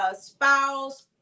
spouse